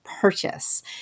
purchase